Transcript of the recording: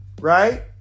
right